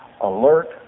alert